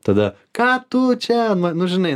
tada ką tu čia man nu žinai